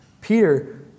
Peter